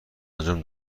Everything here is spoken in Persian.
انجام